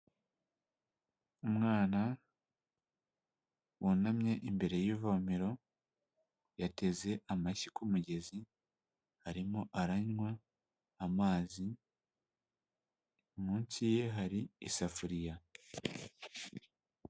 Umwana wunamye imbere y'ivomero yateze amashyi ku kumugezi arimo aranywa amazi munsi ye hari isafuriya.